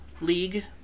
league